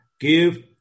Give